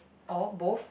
or both